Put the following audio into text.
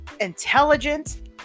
intelligent